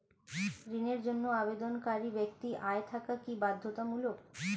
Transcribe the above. ঋণের জন্য আবেদনকারী ব্যক্তি আয় থাকা কি বাধ্যতামূলক?